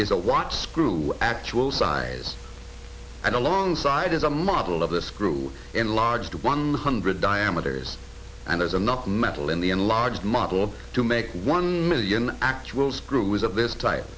is a white screw actual size and alongside is a model of the screw enlarged to one hundred diameters and there's enough metal in the enlarged model to make one million actual screws of this type